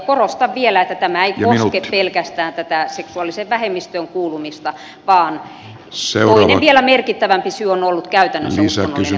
korostan vielä että tämä ei koske pelkästään tätä seksuaaliseen vähemmistöön kuulumista vaan toinen vielä merkittävämpi syy on ollut käytännössä uskonnollinen vaino